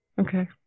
Okay